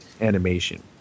animation